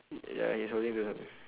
ya he's holding on to something